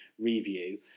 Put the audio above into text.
review